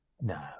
No